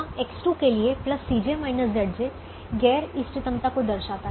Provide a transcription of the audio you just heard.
यहाँ X2 के लिए Cj Zj गैर इष्टतमता को दर्शाता है